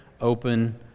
open